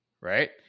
Right